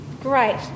great